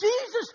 Jesus